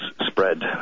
spread